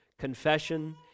Confession